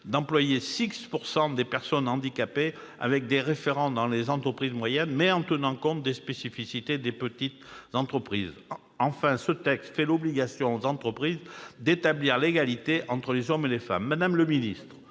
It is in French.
d'employer 6 % de personnes handicapées, avec des référents dans les entreprises moyennes, mais en tenant compte des spécificités des petites entreprises. Enfin, ce texte fait obligation aux entreprises d'établir l'égalité entre les hommes et les femmes. Madame la ministre,